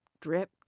drip